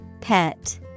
Pet